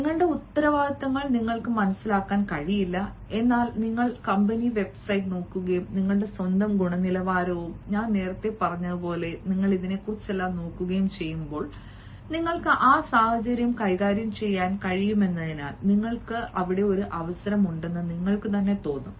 നിങ്ങളുടെ ഉത്തരവാദിത്തങ്ങൾ നിങ്ങൾക്ക് മനസിലാക്കാൻ കഴിയില്ല എന്നാൽ നിങ്ങൾ കമ്പനി വെബ്സൈറ്റ് നോക്കുകയും നിങ്ങളുടെ സ്വന്തം ഗുണനിലവാരവും ഞാൻ നേരത്തെ പറഞ്ഞതുപോലെ എല്ലാം നോക്കുകയും ചെയ്യുമ്പോൾ നിങ്ങൾക്ക് ആ സാഹചര്യം കൈകാര്യം ചെയ്യാൻ കഴിയുമെന്നതിനാൽ നിങ്ങൾക്ക് അവിടെ ഒരു അവസരം ഉണ്ടെന്ന് നിങ്ങൾക്ക് തോന്നും